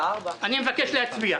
אני מבקש להצביע.